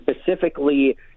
specifically